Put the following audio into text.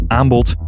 aanbod